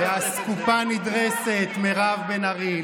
לאסקופה נדרסת, מירב בן ארי.